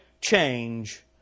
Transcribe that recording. change